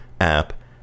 app